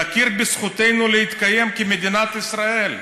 להכיר בזכותנו להתקיים כמדינת ישראל.